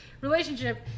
relationship